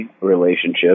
relationship